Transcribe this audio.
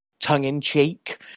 tongue-in-cheek